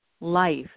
life